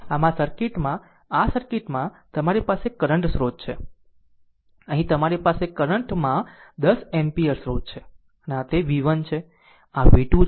આમ આ સર્કિટમાં આ સર્કિટમાં તમારી પાસે કરંટ સ્ત્રોત છે અહીં તમારી પાસે કરંટ માં 10 એમ્પીયર સ્ત્રોત છે અને આ તે v 1 છે આ v 2 છે અને આ v 3 છે